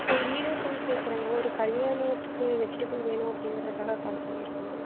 நாங்கள் ஈரோட்டில் இருந்து பேசுகிறோங்க ஒரு கல்யாணத்துக்கு வெஜிடேபில் வேணும் அப்படிங்கிறதுக்காக கால் பண்ணியிருக்கோங்க